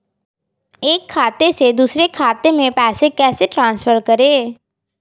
एक खाते से दूसरे खाते में पैसे कैसे ट्रांसफर करें?